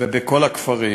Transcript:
ובכל הכפרים,